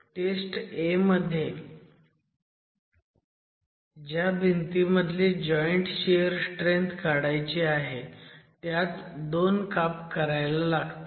taste A मध्ये ज्या भिंतीमधली जॉईंट शियर स्ट्रेंथ काढायची आहे त्यात 2 काप करायला लागतात